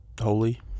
Holy